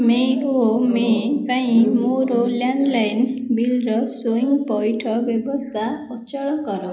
ମେ ଓ ମେ ପାଇଁ ମୋର ଲ୍ୟାଣ୍ଡଲାଇନ୍ ବିଲ୍ର ସ୍ଵୟଂ ପଇଠ ବ୍ୟବସ୍ଥା ଅଚଳ କର